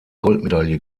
goldmedaille